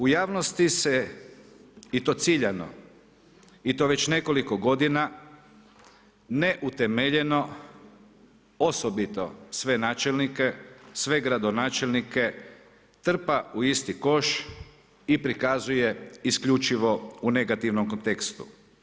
U javnosti se i to ciljano i to već nekoliko godina neutemeljeno osobito sve načelnike, sve gradonačelnike trpa u isti koš i prikazuje isključivo u negativnom kontekstu.